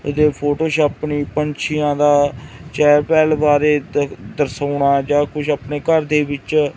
ਇਹਦੇ ਫੋਟੋ ਛਾਪਣੀ ਪੰਛੀਆਂ ਦਾ ਚਹਿਲ ਪਹਿਲ ਬਾਰੇ ਦਰ ਦਰਸਾਉਣਾ ਜਾਂ ਕੁਛ ਆਪਣੇ ਘਰ ਦੇ ਵਿੱਚ